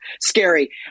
scary